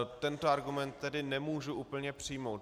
Tento argument tedy nemůžu úplně přijmout.